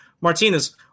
Martinez